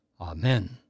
Amen